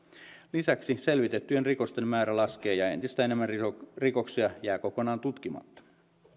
lisäksi selvitettyjen rikosten määrä laskee ja entistä enemmän rikoksia jää kokonaan tutkimatta